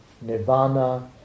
Nirvana